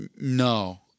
no